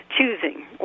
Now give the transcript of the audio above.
choosing